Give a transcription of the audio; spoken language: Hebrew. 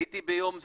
הייתי ביום זה,